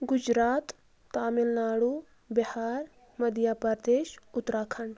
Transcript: گجرات تامِل ناڑو بہار مدھیہ پرٛدیش اُترا کھنٛڈ